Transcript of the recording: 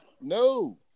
no